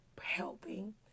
helping